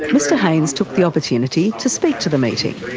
mr haines took the opportunity to speak to the meeting